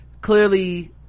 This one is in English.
clearly